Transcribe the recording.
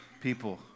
people